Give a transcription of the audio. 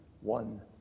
one